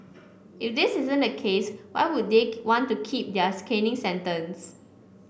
if this isn't the case why would they want to keep theirs caning sentence